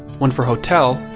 one for hotel,